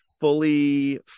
fully